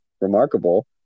remarkable